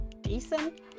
decent